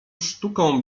sztuką